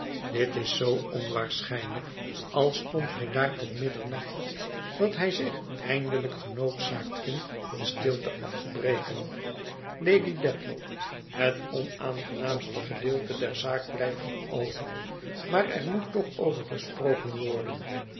dit is zoo onwaarschijnlijk al stond hij daar tot middernacht dat hij zich eindelijk genoodzaakt vindt de stilte af te breken lady dedlock het onaangenaamste gedeelte der zaak blijft nog over maar er moet toch over gesproken worden